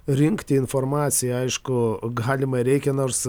rinkti informaciją aišku galima ir reikia nors